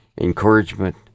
encouragement